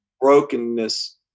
brokenness